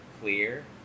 clear